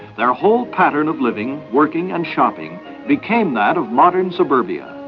their whole pattern of living, working and shopping became that of modern suburbia.